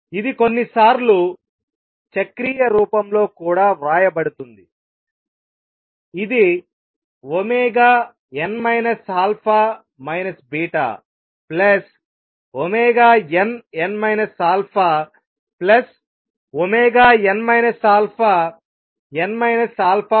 ఇది కొన్నిసార్లు చక్రీయ రూపంలో కూడా వ్రాయబడుతుంది ఇది n α βnn αn αn α β0